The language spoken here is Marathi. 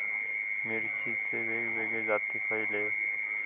मिरचीचे वेगवेगळे जाती खयले?